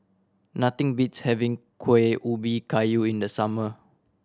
nothing beats having Kuih Ubi Kayu in the summer